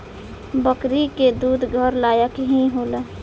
बकरी के दूध घर लायक ही होला